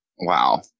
Wow